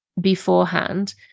beforehand